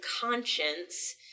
conscience